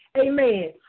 Amen